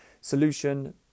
solution